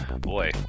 Boy